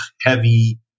heavy